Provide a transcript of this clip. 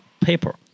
paper